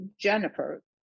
Jennifer